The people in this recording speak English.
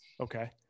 Okay